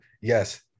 Yes